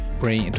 brain